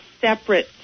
separate